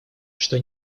что